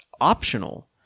optional